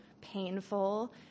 painful